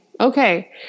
okay